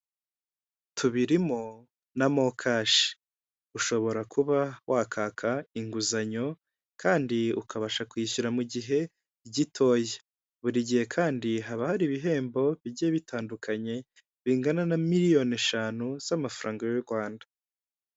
Hari ahanditse hati dore uko wamenyekanisha avansi ya gatatu y'umusoro ku nyungu ukoresheje telefoni, hari moto y'umutuku n'umukara, ndetse n'imodoka y'umweru n'umuhondo, hari telefone inyuma yayo yanditsemo akanyenyeri magana inani urwego.